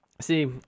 See